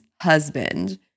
husband